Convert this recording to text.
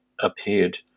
appeared